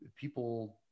people